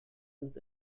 uns